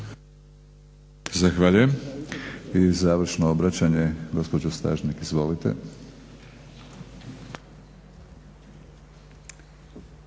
Zahvaljujem.